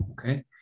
okay